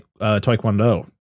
Taekwondo